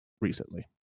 recently